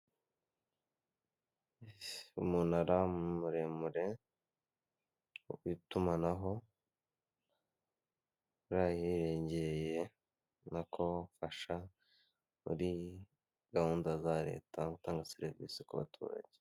Umunara muremure w'itumanaho, uri ahirengereye ubona ko ufasha muri gahunda za leta gutanga serivise ku baturage.